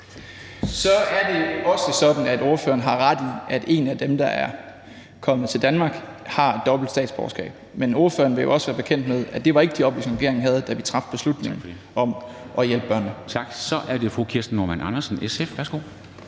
Så er det også sådan, at ordføreren har ret i, at en af dem, der er kommet til Danmark, har dobbelt statsborgerskab. Men ordføreren vil også være bekendt med, at det ikke var de oplysninger, regeringen havde, da vi traf beslutningen om at hjælpe børnene. Kl. 09:22 Formanden (Henrik